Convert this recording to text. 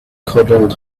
cuddled